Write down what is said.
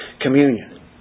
Communion